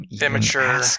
immature